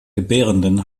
gebärenden